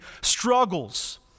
struggles